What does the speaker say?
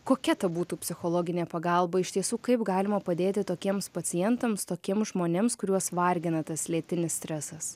kokia ta būtų psichologinė pagalba iš tiesų kaip galima padėti tokiems pacientams tokiems žmonėms kuriuos vargina tas lėtinis stresas